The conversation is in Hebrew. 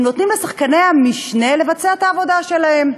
הם נותנים לשחקני המשנה לבצע את העבודה שלהם.